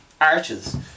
arches